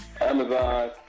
Amazon